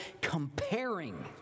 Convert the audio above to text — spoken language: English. comparing